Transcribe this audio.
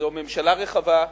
זו ממשלה רחבה,